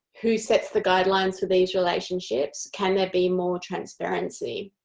who sets the guidelines for these relationships? can there be more transparency?